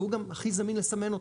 והוא גם הכי זמין לסמן אותו,